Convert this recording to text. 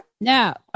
Now